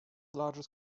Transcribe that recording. largest